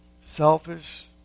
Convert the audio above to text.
selfish